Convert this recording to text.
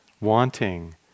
wanting